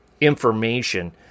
information